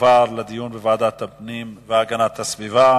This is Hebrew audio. תועברנה לדיון בוועדת הפנים והגנת הסביבה.